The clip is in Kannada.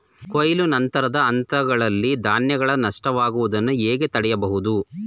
ಕೊಯ್ಲು ನಂತರದ ಹಂತದಲ್ಲಿ ಧಾನ್ಯಗಳ ನಷ್ಟವಾಗುವುದನ್ನು ಹೇಗೆ ತಡೆಯಬಹುದು?